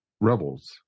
rebels